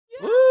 Woo